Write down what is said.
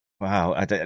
Wow